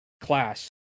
class